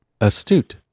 Astute